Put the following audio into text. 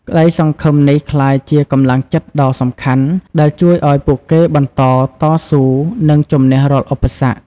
ក្ដីសង្ឃឹមនេះក្លាយជាកម្លាំងចិត្តដ៏សំខាន់ដែលជួយឲ្យពួកគេបន្តតស៊ូ និងជម្នះរាល់ឧបសគ្គ។